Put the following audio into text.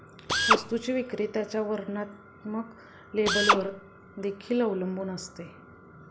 वस्तूची विक्री त्याच्या वर्णात्मक लेबलवर देखील अवलंबून असते